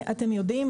אתם יודעים.